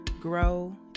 grow